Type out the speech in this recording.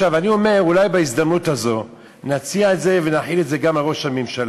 אני אומר: אולי בהזדמנות הזאת נציע את זה ונחיל את זה גם על ראש הממשלה.